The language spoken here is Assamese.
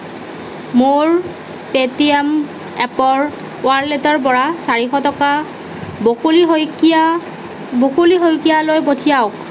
মোৰ পে'টি এম এপৰ ৱালেটৰ পৰা চাৰিশ টকা বকুলি শইকীয়া বকুলি শইকীয়ালৈ পঠিয়াওক